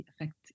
affect